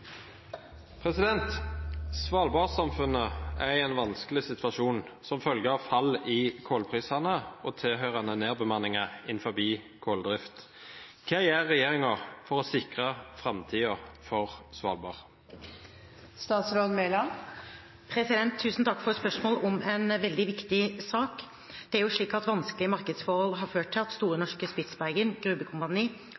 er i en vanskelig situasjon som følge av fall i kullprisene og tilhørende nedbemanninger innen kulldriften. Hva gjør regjeringen for å sikre fremtiden for Svalbard?» Tusen takk for et spørsmål om en veldig viktig sak. Vanskelige markedsforhold har ført til at Store Norske Spitsbergen Grubekompani